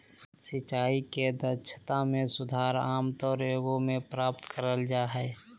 सिंचाई के दक्षता में सुधार आमतौर एगो में प्राप्त कइल जा हइ